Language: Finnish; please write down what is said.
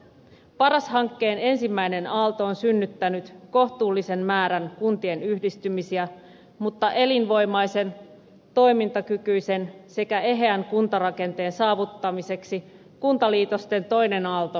paras hankkeen ensimmäinen aalto on synnyttänyt kohtuullisen määrän kuntien yhdistymisiä mutta elinvoimaisen toimintakykyisen sekä eheän kuntarakenteen saavuttamiseksi kuntaliitosten toinen aalto on välttämätön